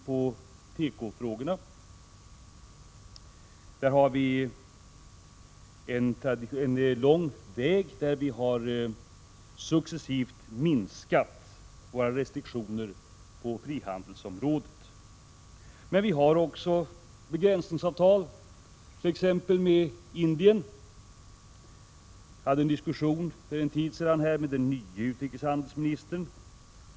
När det gäller teko har vi en lång utveckling där vi successivt har minskat våra restriktioner på frihandelsområdet. Vi har emellertid begränsningsavtal, t.ex. med Indien. För en tid sedan hade jag en diskussion med den nya utrikeshandelsministern.